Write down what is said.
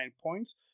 points